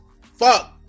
fuck